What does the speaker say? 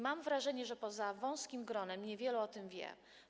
Mam wrażenie, że poza wąskim gronem niewielu o tym wie.